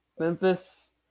Memphis